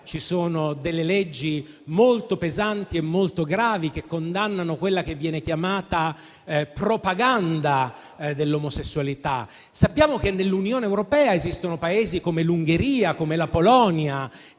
ci sono leggi molto pesanti e molto gravi che condannano quella che viene chiamata propaganda dell'omosessualità. Sappiamo che nell'Unione europea esistono Paesi, come l'Ungheria o come la Polonia,